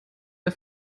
der